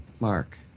Mark